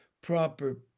proper